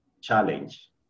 challenge